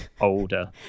older